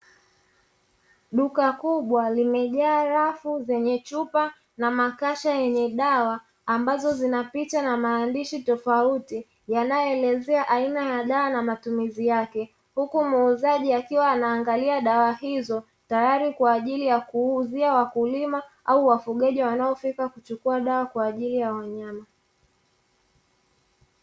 Duka kubwa limejaa rafu zenye chupa na makasha yenye dawa, ambazo zinapita na maandishi tofauti yanayoelezea aina ya dawa na matumizi yake, huku muuzaji akiwa anaangalia dawa hizo tayari kwa ajili ya kuuzia wakulima au wafugaji wanaofika kuchukua dawa kwa ajili ya wanyama.